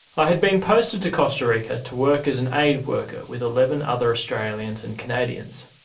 i had been posted to costa rica to work as an aid worker with eleven other australians and canadians.